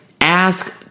ask